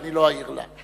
כי אני לא אעיר לה,